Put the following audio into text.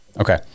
okay